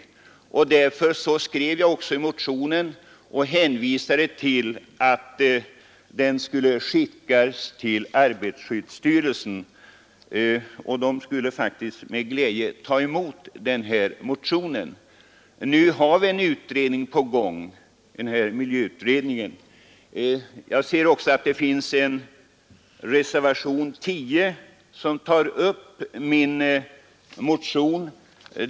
Därför hemställde jag i motionen att den skulle skickas till arbetarskyddsstyrelsen, som faktiskt med glädje skulle ta emot den. Nu har vi en utredning i gång, nämligen arbetsmiljöutredningen. Det finns också en reservation, nr 10 av herr Hagberg i Borlänge från vpk, som tar upp min motion.